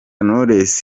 knowless